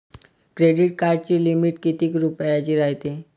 Credit कार्डाची limit कितीक रुपयाची रायते?